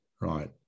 Right